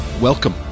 Welcome